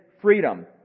freedom